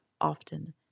often